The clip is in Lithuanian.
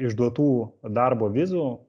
išduotų darbo vizų